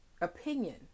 opinion